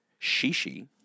Shishi